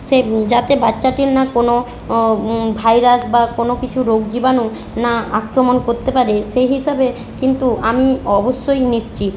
সে যাতে বাচ্চাটির না কোনো ও ভাইরাস বা কোনো কিছু রোগ জীবাণু না আক্রমণ করতে পারে সেই হিসাবে কিন্তু আমি অবশ্যই নিশ্চিত